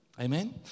Amen